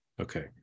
Okay